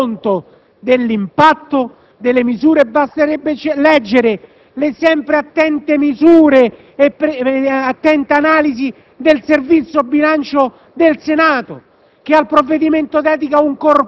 Per rendersi conto dell'impatto delle misure, basterebbe leggere le sempre attente analisi del Servizio bilancio del Senato,